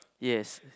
yes